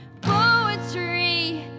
Poetry